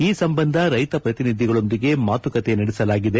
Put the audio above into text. ಈ ಸಂಬಂಧ ರೈತ ಪ್ರತಿನಿಧಿಗಳೊಂದಿಗೆ ಮಾತುಕತೆ ನಡೆಸಲಾಗಿದೆ